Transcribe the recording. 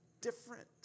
different